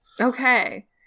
Okay